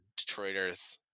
Detroiters